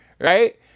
Right